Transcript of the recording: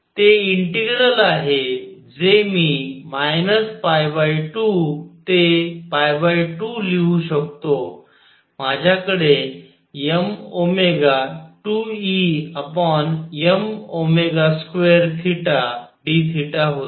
ते इंटिग्रल आहे जे मी 2 ते 2लिहू शकतो माझ्याकडे mω2Em2θdθ होते